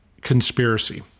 conspiracy